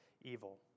evil